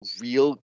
real